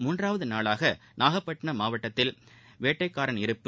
மூன்றாவது நாளாக நாகப்பட்டினம் மாவட்டத்தில் வேட்டைக்காரன்யிருப்பு